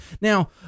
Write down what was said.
Now